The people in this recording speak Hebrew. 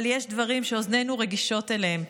אבל יש דברים שאוזנינו רגישות אליהם.